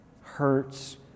Hurts